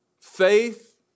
faith